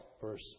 Verse